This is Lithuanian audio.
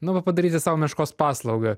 nu va padaryti sau meškos paslaugą